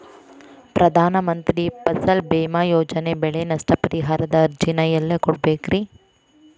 ಪ್ರಧಾನ ಮಂತ್ರಿ ಫಸಲ್ ಭೇಮಾ ಯೋಜನೆ ಬೆಳೆ ನಷ್ಟ ಪರಿಹಾರದ ಅರ್ಜಿನ ಎಲ್ಲೆ ಕೊಡ್ಬೇಕ್ರಿ?